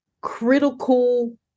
critical